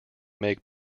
make